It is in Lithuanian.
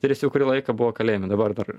ir ji jau kurį laiką buvo kalėjime dabar dar